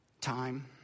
time